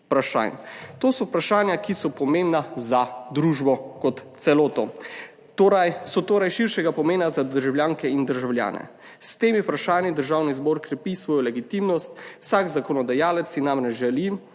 to so vprašanja, ki so pomembna za družbo kot celoto. Torej so torej širšega pomena za državljanke in državljane. S temi vprašanji državni zbor krepi svojo legitimnost. Vsak zakonodajalec si namreč želi,